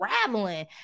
traveling